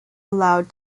allowed